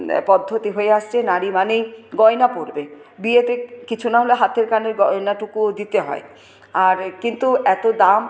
পদ্ধতি হয়ে আসছে নারী মানেই গয়না পরবে বিয়েতে কিছু না হলেও হাতের কানের গয়নাটুকুও দিতে হয় আর কিন্তু এত দাম